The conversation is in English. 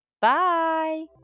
Bye